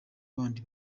bandi